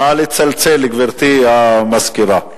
נא לצלצל, גברתי המזכירה.